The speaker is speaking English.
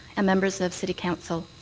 and members of city council.